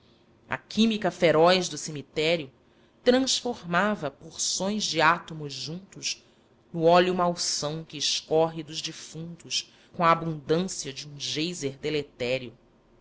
a química feroz do cemitério transformava porções de átomos juntos no óleo malsão que escorre dos defuntos com a abundância de um geyser deletério